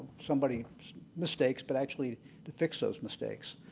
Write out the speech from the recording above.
somebody's mistakes, but actually to fix those mistakes.